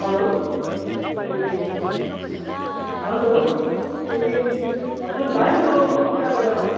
hello ए hello ए हजुर भाइ म उताबाट